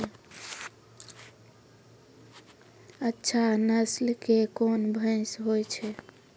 अच्छा नस्ल के कोन भैंस होय छै?